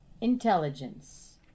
intelligence